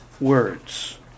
words